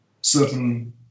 certain